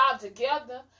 together